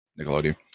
Nickelodeon